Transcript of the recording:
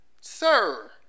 sir